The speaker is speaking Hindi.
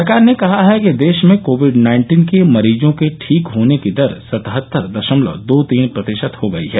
सरकार ने कहा है कि देश में कोविड नाइन्टीन के मरीजों के ठीक होने की दर सतहत्तर दशमलव दो तीन प्रतिशत हो गई है